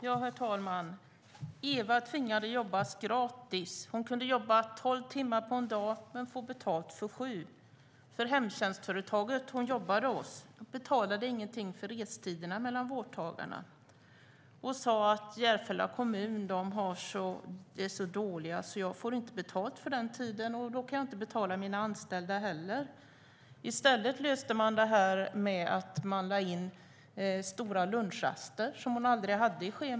Herr talman! Eva tvingades jobba gratis. Hon kunde jobba tolv timmar per dag men fick betalt för sju, för hemtjänstföretaget hon jobbade hos betalade inget för restiderna mellan vårdtagarna. Företagaren sade att Järfälla kommun var så dålig, och eftersom hon inte fick betalt för den tiden kunde hon inte heller betala sina anställda för den. I stället löste man det genom att lägga in långa lunchraster, som Eva aldrig hade, i schemat.